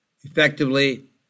effectively